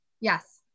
yes